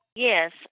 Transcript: Yes